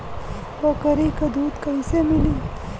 बकरी क दूध कईसे मिली?